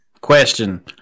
Question